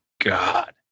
God